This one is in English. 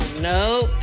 Nope